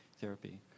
therapy